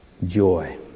Joy